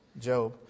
Job